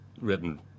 written